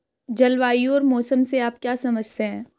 जलवायु और मौसम से आप क्या समझते हैं?